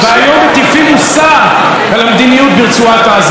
והיום מטיפים מוסר על המדיניות ברצועת עזה.